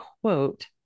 quote